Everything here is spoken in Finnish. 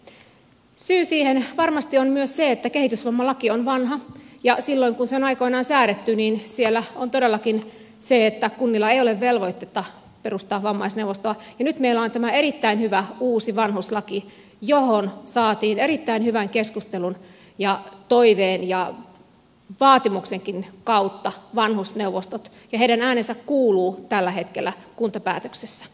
syy siihen varmasti on myös se että kehitysvammalaki on vanha ja silloin kun se on aikoinaan säädetty siellä on todellakin se että kunnilla ei ole velvoitetta perustaa vammaisneuvostoa ja nyt meillä on tämä erittäin hyvä uusi vanhuslaki johon saatiin erittäin hyvän keskustelun ja toiveen ja vaatimuksenkin kautta vanhusneuvostot ja heidän äänensä kuuluu tällä hetkellä kuntapäätöksissä